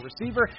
receiver